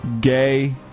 gay